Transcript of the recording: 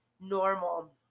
normal